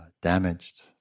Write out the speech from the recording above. damaged